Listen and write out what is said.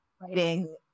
writing